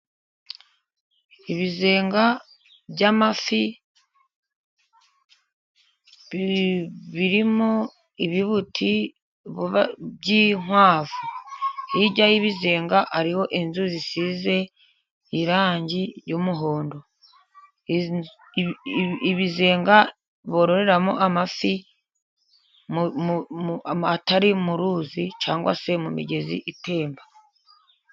Ibizenga by'amafi biririmo ibibuti by'inkwavu, hirya y'ibizenga ariho inzu zisize irangi y'umuhondo. Ibizenga bororeramo amafi atari mu ruzi cyangwa se mu migezi itemba.